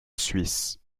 suisse